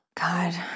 God